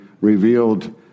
revealed